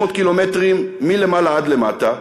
600 קילומטרים מלמעלה עד למטה,